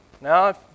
Now